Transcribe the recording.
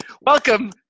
welcome